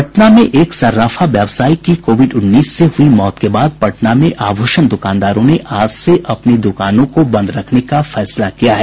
पटना में एक सर्राफा व्यवसायी की कोविड उन्नीस से हुई मौत के बाद पटना में आभूषण दुकानदारों ने आज से अपनी दुकानों को बंद रखने का फैसला किया है